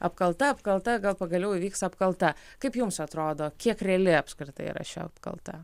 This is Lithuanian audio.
apkalta apkalta gal pagaliau įvyks apkalta kaip jums atrodo kiek reali apskritai yra apkalta